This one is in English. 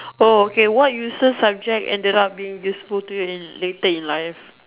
oh okay what useless subject ended up being useful to you in later in life